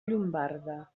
llombarda